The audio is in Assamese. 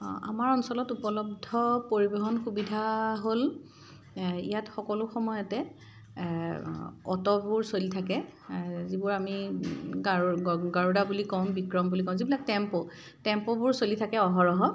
আমাৰ অঞ্চলত উপলব্ধ পৰিবহন সুবিধা হ'ল ইয়াত সকলো সময়তে অ'টোবোৰ চলি থাকে যিবোৰ আমি গাৰু গাৰুদা বুলি কওঁ বিক্ৰম বুলি কওঁ যিবিলাক টেম্প' টেম্প'বোৰ চলি থাকে অহৰহ